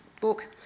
book